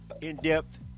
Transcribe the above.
in-depth